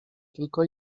tylko